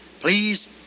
please